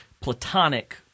Platonic